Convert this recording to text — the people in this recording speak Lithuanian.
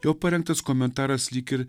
jo parengtas komentaras lyg ir